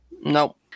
Nope